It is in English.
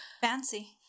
Fancy